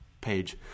page